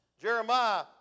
Jeremiah